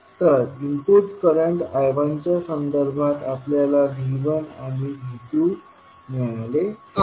तर input current I1च्या संदर्भात आपल्याला V1आणि V2मिळाले आहे